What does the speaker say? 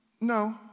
no